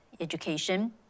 education